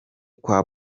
kwa